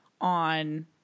on